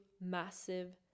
massive